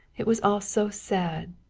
it was all so sad,